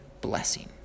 blessing